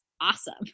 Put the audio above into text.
awesome